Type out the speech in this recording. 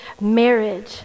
marriage